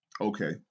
Okay